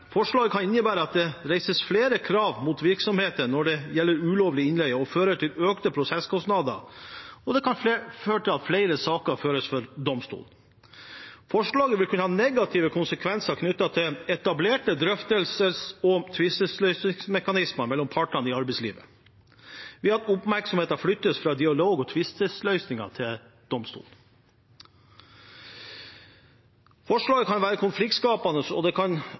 Forslaget kan innebære at det reises flere krav mot virksomheter når det gjelder ulovlig innleie, og føre til økte prosesskostnader, og det kan føre til at flere saker føres for domstolen. Forslaget vil kunne ha negative konsekvenser knyttet til etablerte drøftelses- og tvisteløsningsmekanismer mellom partene i arbeidslivet ved at oppmerksomheten flyttes fra dialog og tvisteløsninger til domstolen. Forslaget kan være konfliktskapende, og det